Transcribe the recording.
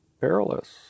perilous